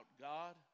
God